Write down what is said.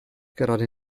gerade